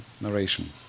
narration